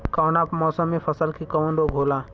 कवना मौसम मे फसल के कवन रोग होला?